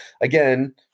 again